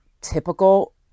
typical